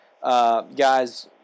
guys